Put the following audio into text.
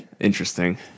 Interesting